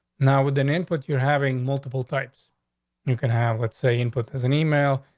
now, with an input, you're having multiple types you can have. let's say input. there's an email,